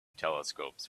telescopes